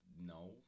No